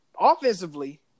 offensively